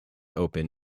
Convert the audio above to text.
open